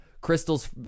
crystal's